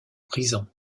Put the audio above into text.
prison